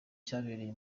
cyabereye